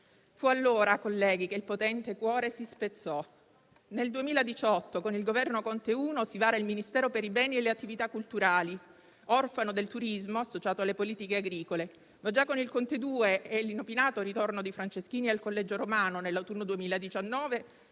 Fu allora, colleghi, che il potente cuore si spezzò. Nel 2018, con il Governo Conte 1, si vara il Ministero per i beni e le attività culturali, orfano del turismo associato alle politiche agricole. Già con il Governo Conte 2 e l'inopinato ritorno di Franceschini al Collegio Romano nell'autunno 2019,